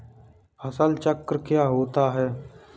फसल चक्र क्या होता है?